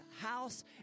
house